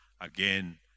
again